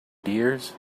dears